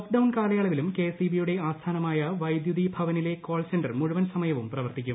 lockdown കാലയള്ളവിലും K S E ബിയുടെ ആസ്ഥാനമായ വൈദ്യുതി ഭവനിലെ കാൾ സെന്റർ മുഴുവൻ സമയവും പ്രവർത്തിക്കും